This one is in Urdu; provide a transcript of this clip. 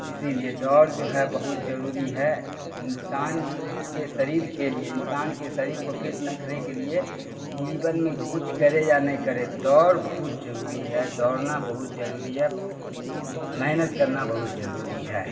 اسی لیے دوڑ جو ہے بہت ضروری ہے انسان کے شریر کے لیے انسان کے شریر کو فٹ رکھنے کے لیے جیون میں کچھ کرے یا نہیں کرے دوڑ بہت ضروری ہے دوڑنا بہت ضروری ہے محنت کرنا بہت ضروری ہے